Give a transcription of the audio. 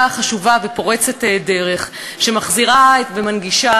חברת הכנסת רויטל סויד, אני לא מתנגדת